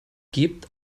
gebt